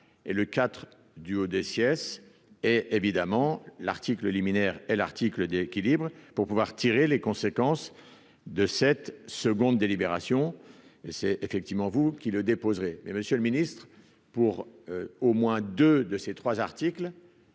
et le 4 du haut des sieste et évidemment l'article liminaire L article d'équilibre pour pouvoir tirer les conséquences de cette seconde délibération et c'est effectivement vous qui le déposerai mais Monsieur le Ministre, pour au moins 2 de ces 3 articles,